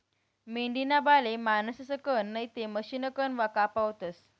मेंढीना बाले माणसंसकन नैते मशिनकन कापावतस